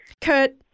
Kurt